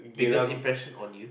biggest impression on you